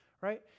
right